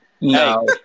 No